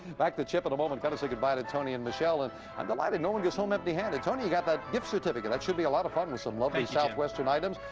back to chip in a moment. got to say good-bye to tony and michelle. i'm delighted no one gets home empty-handed. tony, you got that gift certificate. that should be a lot of fun with some lovely southwestern items.